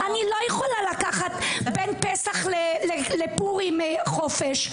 אני לא יכולה לקחת בין פסח לפורים חופש.